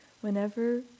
Whenever